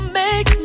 make